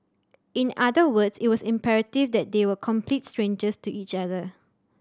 in other words it was imperative that they were complete strangers to each other